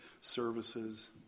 services